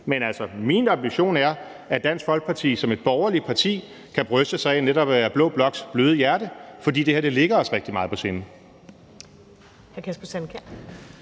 Men altså, min ambition er, at Dansk Folkeparti som et borgerligt parti kan bryste sig af netop at være blå bloks bløde hjerte, for det her ligger os rigtig meget på sinde.